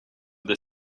the